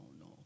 no